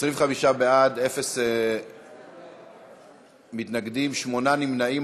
25 בעד, אין מתנגדים, שמונה נמנעים.